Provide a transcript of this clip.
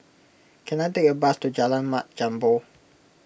can I take a bus to Jalan Mat Jambol